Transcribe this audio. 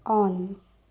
on